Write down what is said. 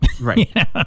Right